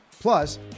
Plus